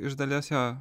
iš dalies jo